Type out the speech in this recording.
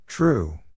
True